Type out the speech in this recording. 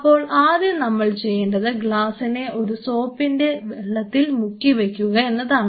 അപ്പോൾ ആദ്യം നമ്മൾ ചെയ്യേണ്ടത് ഗ്ലാസിനെ ഒരു സോപ്പിന്റെ വെള്ളത്തിൽ മുക്കി വയ്ക്കുക എന്നതാണ്